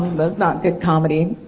but not good comedy.